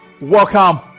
welcome